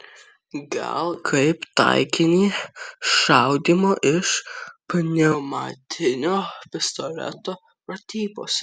gal kaip taikinį šaudymo iš pneumatinio pistoleto pratybose